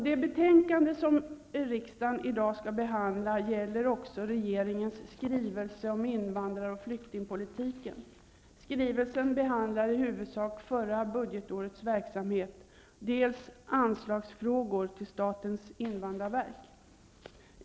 Det betänkande som riksdagen i dag skall behandla gäller dels regeringens skrivelse om invandrar och flyktingpolitiken -- skrivelsen behandlar i huvudsak förra budgetårets verksamhet -, dels anslagsfrågor till statens invandrarverk.